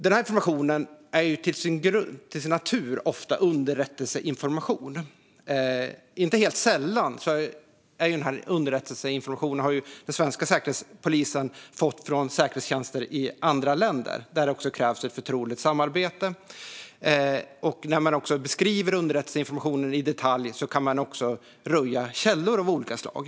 Den här informationen är ju till sin natur ofta underrättelseinformation. Inte helt sällan har den svenska Säkerhetspolisen fått den här underrättelseinformationen från säkerhetstjänster i andra länder. Där krävs det ett förtroligt samarbete. När man beskriver underrättelseinformationen i detalj kan man också röja källor av olika slag.